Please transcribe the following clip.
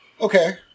Okay